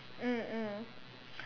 mm mm